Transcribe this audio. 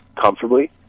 comfortably